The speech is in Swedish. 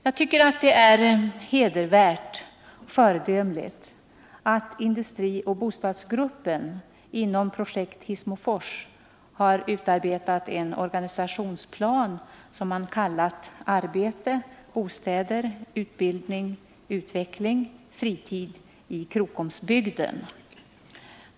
Jag tycker att det hedervärt och föredömligt att industrioch bostadsgruppen inom projekt Hissmofors har utarbetat en organisationsplan som man kallat ”Arbete, Bostäder, Utbildning, Utveckling, Fritid i Krokomsbygden”.